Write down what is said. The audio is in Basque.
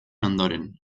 ondoren